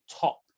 top